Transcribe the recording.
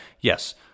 Yes